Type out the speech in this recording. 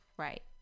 right